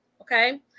okay